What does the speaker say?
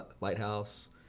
Lighthouse